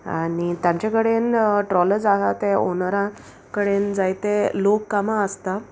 आनी तांचे कडेन ट्रॉलर्ज आहा तें ओनरा कडेन जायते लोक कामां आसता